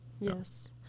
Yes